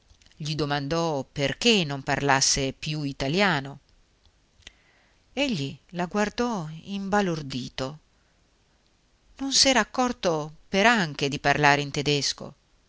gli domandò perché non parlasse più italiano egli la guardò imbalordito non s'era accorto peranche di parlare in tedesco